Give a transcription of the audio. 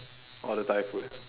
or the thai food